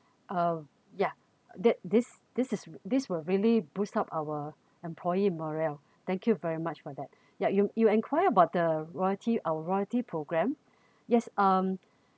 uh yeah that this this is this will really boost up our employee morale thank you very much for that ya you you inquire about the loyalty our loyalty program yes um